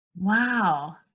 Wow